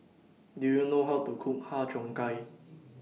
Do YOU know How to Cook Har Cheong Gai